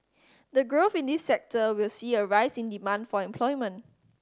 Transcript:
the growth in this sector will see a rise in demand for employment